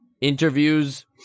interviews